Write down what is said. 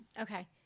okay